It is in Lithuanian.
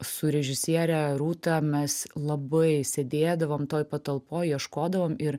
su režisiere rūta mes labai sėdėdavom toj patalpoj ieškodavom ir